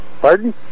Pardon